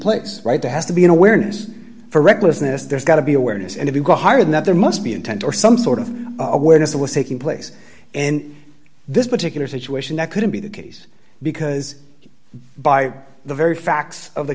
place right there has to be an awareness for recklessness there's got to be awareness and if you go higher than that there must be intent or some sort of awareness that was taking place in this particular situation that couldn't be the case because by the very facts of the